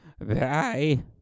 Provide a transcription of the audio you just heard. Bye